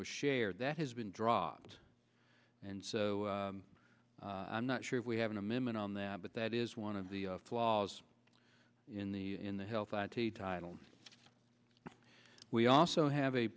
was shared that has been dropped and so i'm not sure if we have an amendment on that but that is one of the flaws in the in the health title we also have a